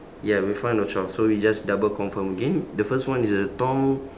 ya we've found the twelve so we just double confirm again the first one is the tom